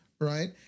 right